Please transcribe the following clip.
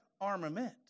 armament